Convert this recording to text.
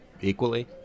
equally